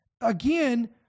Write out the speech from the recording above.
again